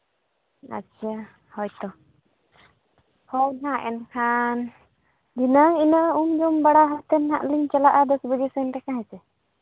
ᱟᱪᱪᱷᱟ ᱦᱳᱭ ᱛᱚ ᱦᱳᱭ ᱢᱟ ᱮᱱᱠᱷᱟᱱ ᱫᱷᱤᱱᱟᱹᱝ ᱤᱱᱟᱹ ᱩᱢ ᱡᱚᱢ ᱵᱟᱲᱟ ᱠᱟᱛᱮᱱ ᱦᱟᱸᱜ ᱞᱤᱧ ᱪᱟᱞᱟᱜᱼᱟ ᱫᱚᱥ ᱵᱟᱡᱮ ᱥᱮᱱ ᱞᱮᱠᱟ ᱦᱮᱸᱥᱮ